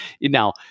now